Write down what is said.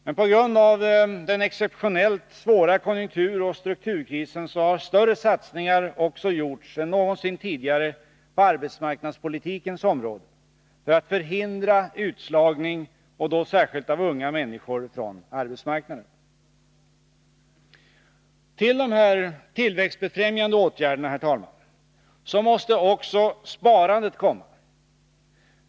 Men på grund av den exceptionellt svåra konjunkturoch strukturkrisen har större satsningar också gjorts än någonsin tidigare på arbetsmarknadspolitikens område, för att förhindra utslagning, och då särskilt av unga människor, från arbetsmarknaden. Till de här tillväxtbefrämjande åtgärderna, herr talman, måste också sparandet komma.